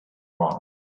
wrong